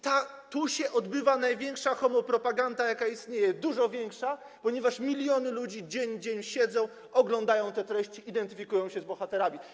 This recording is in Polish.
Tu się odbywa największa homopropaganda, jaka istnieje, dużo większa, ponieważ miliony ludzi dzień w dzień siedzą, oglądają te treści, identyfikują się z bohaterami.